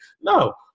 No